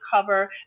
cover